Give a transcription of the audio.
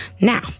Now